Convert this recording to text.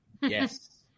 Yes